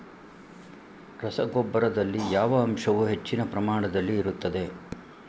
ರಸಗೊಬ್ಬರದಲ್ಲಿ ಯಾವ ಅಂಶವು ಹೆಚ್ಚಿನ ಪ್ರಮಾಣದಲ್ಲಿ ಇರುತ್ತದೆ?